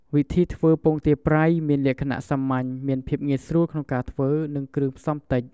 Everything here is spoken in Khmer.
វិធីធ្វើពងទាប្រៃ មានលក្ខណៈសាមញ្ញ មានភាពងាយស្រួលក្នុងការធ្វើ និងគ្រឿងផ្សំតិច។